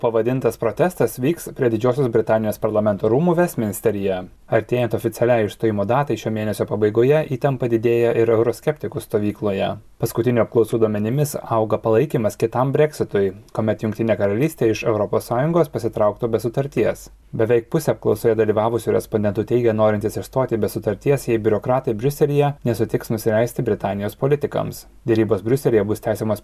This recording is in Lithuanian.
pavadintas protestas vyks prie didžiosios britanijos parlamento rūmų vestminsteryje artėjant oficialiai išstojimo datai šio mėnesio pabaigoje įtampa didėja ir euroskeptikų stovykloje paskutinių apklausų duomenimis auga palaikymas kitam breksitui kuomet jungtinė karalystė iš europos sąjungos pasitrauktų be sutarties beveik pusė apklausoje dalyvavusių respondentų teigė norintys išstoti be sutarties jei biurokratai briuselyje nesutiks nusileisti britanijos politikams derybos briuselyje bus tęsiamos